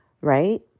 right